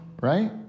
right